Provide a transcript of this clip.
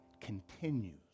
continues